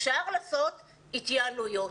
אפשר לעשות התייעלויות,